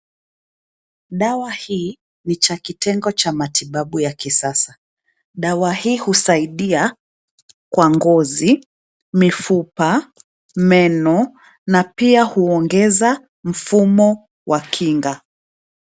Dawa hii ni cha kitengo cha matibabu ya kisasa. Dawa hii husaidia kwa ngozi, mifupa, meno na pia huongeza mfumo wa kinga.